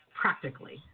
practically